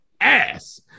ass